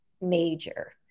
major